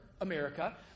America